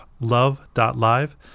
love.live